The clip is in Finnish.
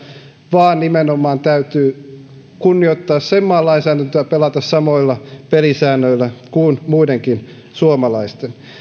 vaan nimenomaan täytyy kunnioittaa sen maan lainsäädäntöä pelata samoilla pelisäännöillä kuin muidenkin suomalaisten